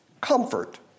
comfort